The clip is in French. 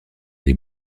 des